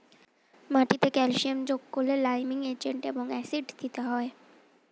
মাটিতে ক্যালসিয়াম যোগ করলে লাইমিং এজেন্ট এবং অ্যাসিড দিতে হয়